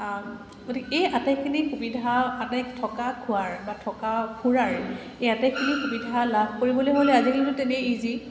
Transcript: গতিকে এই আটাইখিনি সুবিধা তাতে থকা খোৱাৰ বা থকা ফুুৰাৰ এই আটাইখিনি সুবিধা লাভ কৰিবলৈ হ'লে আজিকালিতো তেনেই ইজি